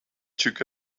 took